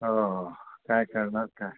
हो काय करणार काय